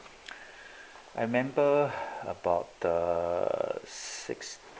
I remember about uh six